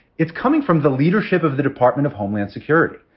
it's coming from the leadership of the department of homeland security.